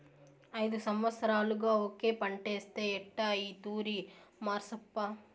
ఐదు సంవత్సరాలుగా ఒకే పంటేస్తే ఎట్టా ఈ తూరి మార్సప్పా